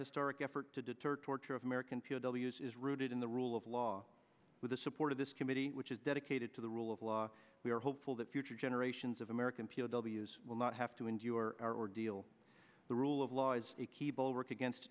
historic effort to deter torture of american p o w s is rooted in the rule of law with the support of this committee which is dedicated to the rule of law we are hopeful that future generations of american p o w s will not have to endure our ordeal the rule of law is a key bulwark against